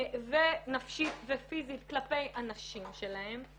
ונפשית ופיזית כלפי הנשים שלהם,